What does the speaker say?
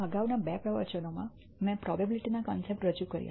અગાઉના બે પ્રવચનોમાં મેં પ્રોબેબીલીટીના કોન્સેપ્ટ રજૂ કર્યા